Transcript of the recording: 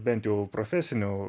bent jau profesinių